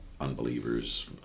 unbelievers